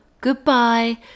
goodbye